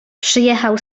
przyjechał